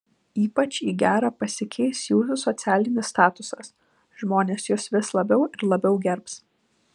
ypač į gerą pasikeis jūsų socialinis statusas žmonės jus vis labiau ir labiau gerbs